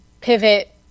pivot